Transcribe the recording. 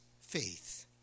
faith